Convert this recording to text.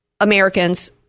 Americans